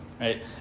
right